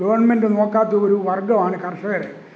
government നോക്കാത്തൊരു വർഗ്ഗമാണ് കർഷകര്